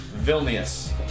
Vilnius